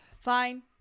Fine